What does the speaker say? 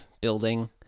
building